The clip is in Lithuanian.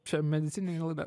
čia medicininė laida